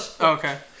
Okay